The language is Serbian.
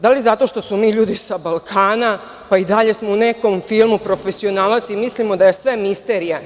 Da li zato što smo mi ljudi sa Balkana, pa i dalje smo u nekom filmu "Profesionalac" i mislimo da je sve misterija.